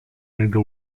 mego